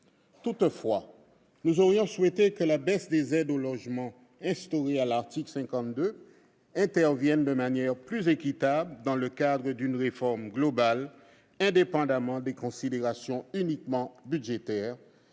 Toutefois, nous aurions souhaité que la baisse des aides au logement prévue à l'article 52 intervienne de manière plus équitable, dans le cadre d'une réforme globale, indépendamment des considérations purement budgétaires,